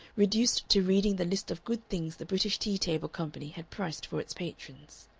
reduced to reading the list of good things the british tea-table company had priced for its patrons.